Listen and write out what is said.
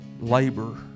labor